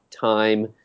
time